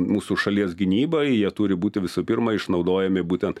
mūsų šalies gynybai jie turi būti visų pirma išnaudojami būtent